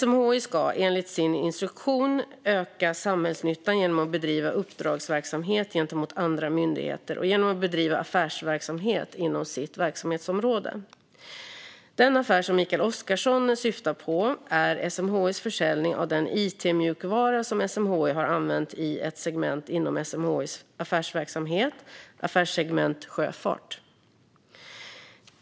SMHI ska, enligt sin instruktion, öka samhällsnyttan genom att bedriva uppdragsverksamhet gentemot andra myndigheter och genom att bedriva affärsverksamhet inom sitt verksamhetsområde. Den affär som Mikael Oscarsson syftar på är SMHI:s försäljning av den it-mjukvara som SMHI har använt i ett segment inom SMHI:s affärsverksamhet, affärssegmentet Sjöfart.